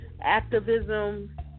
activism